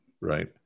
right